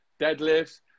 deadlifts